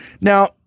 Now